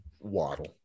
Waddle